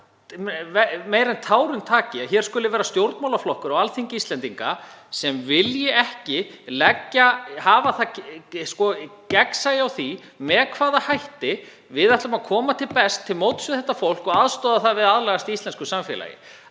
þyngra en tárum taki að hér skuli vera stjórnmálaflokkur á Alþingi Íslendinga sem vill ekki hafa gegnsæi á því með hvaða hætti við ætlum að koma best til móts við þetta fólk og aðstoða það við að aðlagast íslensku samfélagi.